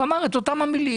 הוא אמר את אותן המילים.